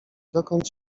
dokąd